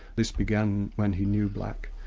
this began when he knew black.